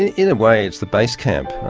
in a way it's the base camp.